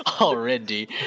already